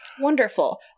Wonderful